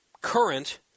current